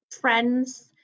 friends